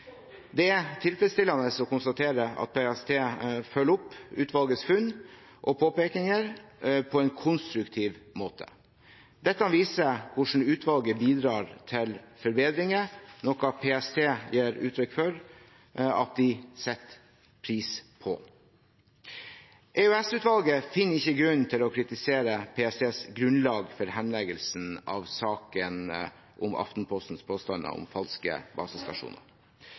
Det er tilfredsstillende å konstatere at PST følger opp utvalgets funn og påpekninger på en konstruktiv måte. Dette viser hvordan utvalget bidrar til forbedringer, noe PST gir uttrykk for at de setter pris på. EOS-utvalget finner ikke grunn til å kritisere PSTs grunnlag for henleggelsen av saken om Aftenpostens påstander om falske